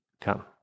come